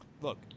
look